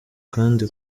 kandi